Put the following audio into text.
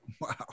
Wow